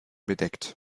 bedeckt